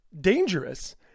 dangerous